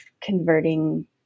converting